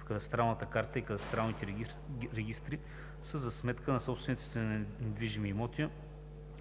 в кадастралната карта и кадастралните регистри са за сметка на собствениците на недвижими имоти